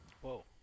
Whoa